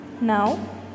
Now